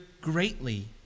greatly